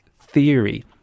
theory